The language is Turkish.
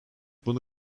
bunu